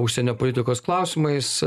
užsienio politikos klausimais